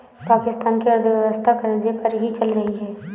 पाकिस्तान की अर्थव्यवस्था कर्ज़े पर ही चल रही है